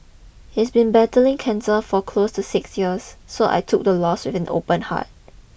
he's been battling cancer for close to six years so I took the loss with an open heart